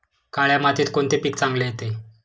काळ्या मातीत कोणते पीक चांगले येते?